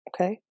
Okay